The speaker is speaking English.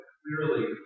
clearly